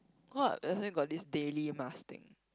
!wah! let's say got this daily mask thing